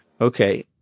Okay